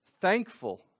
Thankful